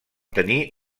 tenir